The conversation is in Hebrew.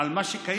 על מה שקיים.